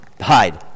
hide